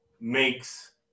makes